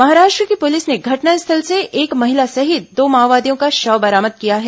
महाराष्ट्र की पुलिस ने घटनास्थल से एक महिला सहित दो माओवादियों का शव बरामद किया है